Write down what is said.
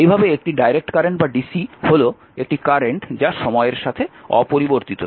এইভাবে একটি direct current বা ডিসি হল একটি কারেন্ট যা সময়ের সাথে অপরিবর্তিত থাকে